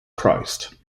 christ